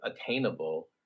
attainable